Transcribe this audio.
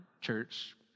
church